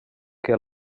que